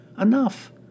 Enough